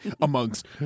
Amongst